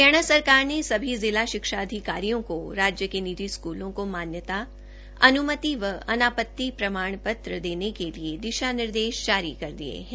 हरियाणा सरकार ने सभी जिला शिक्षा अधिकारियों को राज्य के निजी स्कूलों को मान्यता अन्मति व अनापत्ति प्रमाण पत्र देने के लिए दिशा निर्देश जारी कर दिये हैं